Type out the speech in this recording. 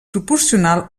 proporcional